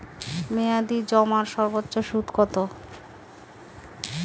মেয়াদি জমার সর্বোচ্চ সুদ কতো?